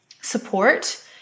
support